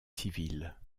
civile